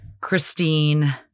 Christine